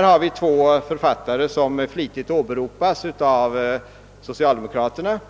Det finns två författare som flitigt åberopas av socialdemokraterna